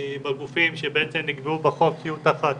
בגופים שנקבעו בחוק שיהיו תחת